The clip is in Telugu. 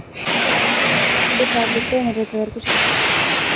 డిపాజిట్లు ఎన్ని రోజులు వరుకు చెయ్యవచ్చు?